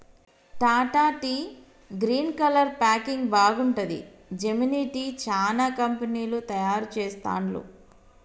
Tata tea green colour packing బాగుంటది, Gemini tea, చానా కంపెనీలు తయారు చెస్తాండ్లు